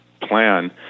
plan